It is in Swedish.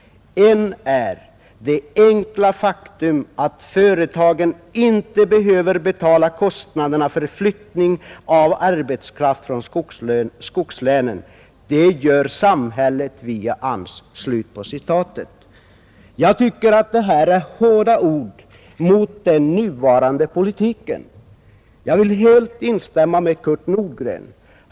En är det enkla faktum att företagen inte behöver betala kostnaderna för flyttning av arbetskraft från skogslänen, .” Jag tycker att det här är hårda ord mot den nuvarande politiken. Jag vill i allt instämma med Kurt Nordgren.